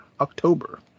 October